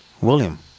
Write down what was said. William